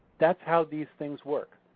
that's how these things work.